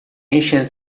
ancient